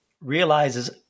realizes